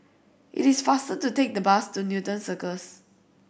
it is faster to take the bus to Newton Cirus